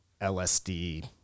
LSD